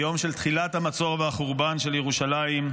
היום של תחילת המצור והחורבן של ירושלים,